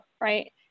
right